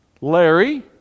Larry